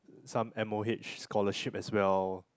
some M_O_H scholarship as well